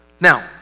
Now